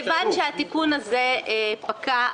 מכיוון שהתיקון הזה פקע,